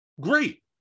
Great